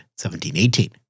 1718